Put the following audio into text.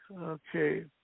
Okay